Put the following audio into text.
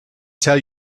tell